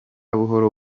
buhoro